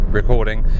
recording